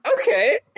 Okay